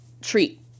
treat